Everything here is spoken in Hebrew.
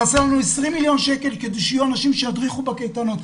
חסרים לנו 20 מיליון שקל כדי שיהיו אנשים שידריכו בקייטנות,